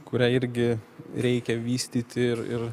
kurią irgi reikia vystyti ir ir